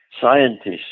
scientists